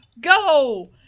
Go